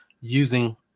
using